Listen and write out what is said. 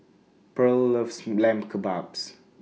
Purl loves Lamb Kebabs